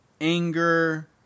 anger